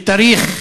שתאריך